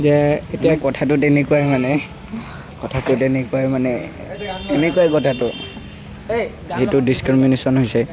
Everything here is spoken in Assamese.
যে এতিয়া কথাটো তেনেকুৱাই মানে কথাটো তেনেকুৱাই মানে এনেকুৱাই কথাটো সেইটো ডিচক্ৰিমিনেশ্বন হৈছে